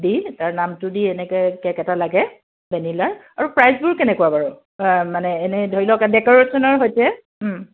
দি তাৰ নামটো দি এনেকৈ কে'ক এটা লাগে ভেনিলাৰ আৰু প্ৰাইজবোৰ কেনেকুৱা বাৰু মানে এনে ধৰি লওক ডেক'ৰেশ্যনৰ সৈতে